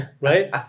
right